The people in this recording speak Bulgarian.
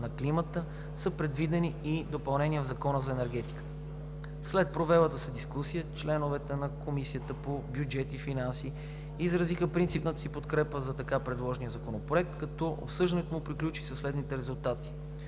на климата са предвидени и допълнения в Закона за енергетиката. След провелата се дискусия членовете на Комисията по бюджет и финанси изразиха принципната си подкрепа за така предложения законопроект, като обсъждането му приключи със следните резултати: